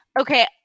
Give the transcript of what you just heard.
Okay